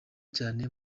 cyane